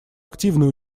активное